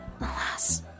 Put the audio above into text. Alas